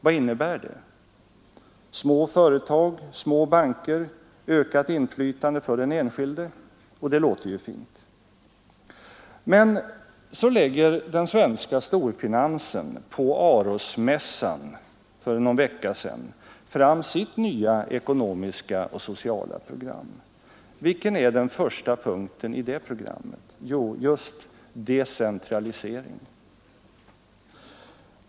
Vad innebär det? Små företag, små banker, ökat inflytande för den enskilde, och det låter ju fint. Men så lägger den svenska storfinansen på Arosmässan för någon vecka sedan fram sitt nya ekonomiska och sociala program. Vilken är den första punkten i det programmet? Jo, just decentralisering.